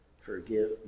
Forgive